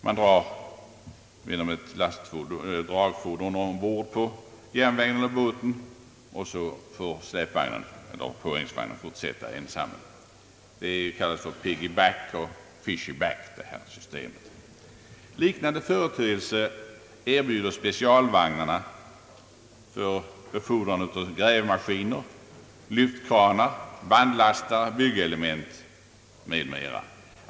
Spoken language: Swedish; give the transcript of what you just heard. Man för genom ett dragfordon dessa vagnar ombord på järnväg eller båt, och så får släpvagnen eller påhängsvagnen fortsätta ensam — detta system kallas piggy-back och fishyback. Liknande gäller om specialvagnar för befordran av grävmaskiner, lyftkranar, bandlastare, byggelement m, m.